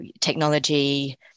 technology